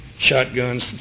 shotguns